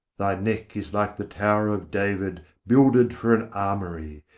thy neck is like the tower of david builded for an armoury,